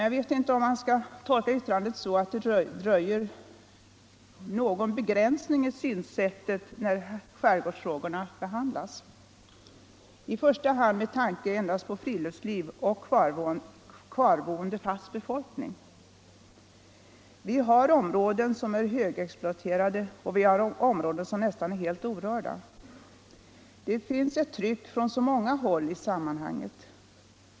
Jag vet inte om man skall tolka yttrandet så, att det röjer någon begränsning i synsättet när skärgårdsfrågorna behandlas, i första hand med tanke endast på friluftsliv och kvarboende fast befolk ning. Vi har områden som är högexploaterade, och vi har områden som är nästan helt orörda. Det finns ett tryck från många olika håll i sammanhanget.